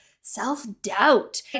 self-doubt